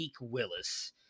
Willis